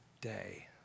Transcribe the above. day